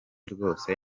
rwose